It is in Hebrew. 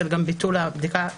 של ביטול הבדיקה גם